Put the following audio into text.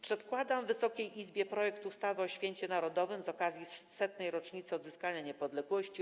Przedkładam Wysokiej Izbie projekt ustawy o Święcie Narodowym z okazji 100. Rocznicy Odzyskania Niepodległości.